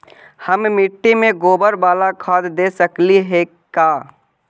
हम मिट्टी में गोबर बाला खाद दे सकली हे का?